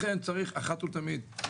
לכן צריך אחת ולתמיד,